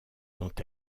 dont